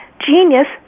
genius